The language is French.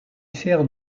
sert